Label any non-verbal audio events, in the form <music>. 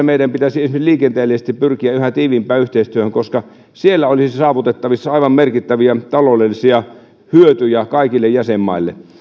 <unintelligible> meidän pitäisi esimerkiksi liikenteellisesti pyrkiä yhä tiiviimpään yhteistyöhön koska siellä olisi saavutettavissa aivan merkittäviä taloudellisia hyötyjä kaikille jäsenmaille